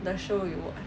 the show you watch